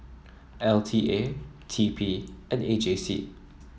L T A T P and A J C